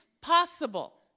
possible